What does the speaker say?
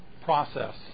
process